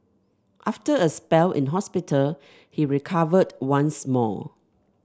after a spell in hospital he recovered once more